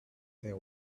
their